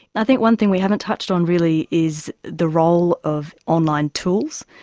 i think one thing we haven't touched on really is the role of online tools,